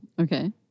Okay